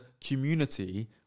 community